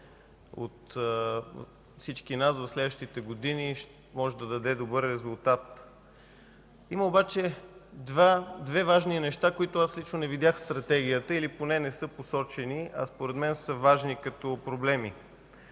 от всички нас, в следващите години може да даде добър резултат. Има обаче две важни неща, които аз лично не видях в Стратегията или поне не са посочени, а според мен са важни като проблеми.